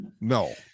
No